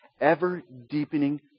ever-deepening